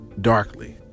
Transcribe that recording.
darkly